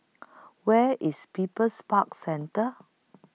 Where IS People's Park Centre